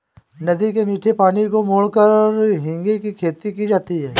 नदी के मीठे पानी को मोड़कर झींगे की खेती की जाती है